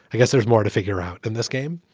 i guess there's more to figure out in this game.